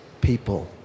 people